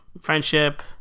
friendship